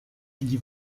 gli